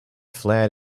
flat